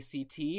ACT